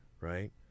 right